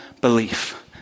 belief